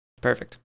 Perfect